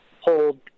hold